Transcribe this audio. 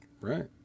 Right